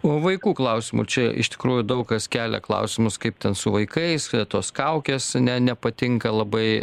o vaikų klausimu čia iš tikrųjų daug kas kelia klausimus kaip ten su vaikais tos kaukės ne nepatinka labai